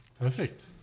perfect